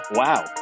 wow